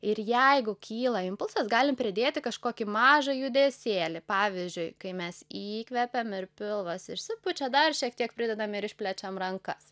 ir jeigu kyla impulsas galim pridėti kažkokį mažą judesėlį pavyzdžiui kai mes įkvepiame ir pilvas išsipučia dar šiek tiek pridedam ir išplečiam rankas